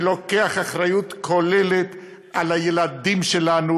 שלוקח אחריות כוללת לילדים שלנו